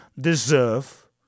deserve